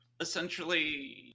essentially